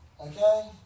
Okay